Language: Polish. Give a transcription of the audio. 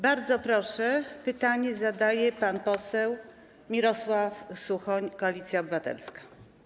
Bardzo proszę, pytanie zadaje pan poseł Mirosław Suchoń, Koalicja Obywatelska.